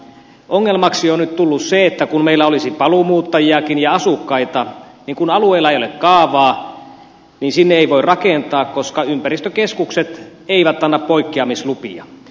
ongelmaksi on nyt tullut se että meillä olisi paluumuuttajiakin ja asukkaita mutta kun alueella ei ole kaavaa sinne ei voi rakentaa koska ympäristökeskukset eivät anna poikkeamislupia